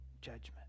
judgment